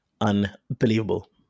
unbelievable